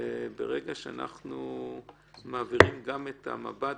ברגע שאנחנו מעבירים גם את המב"דים,